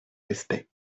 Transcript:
respect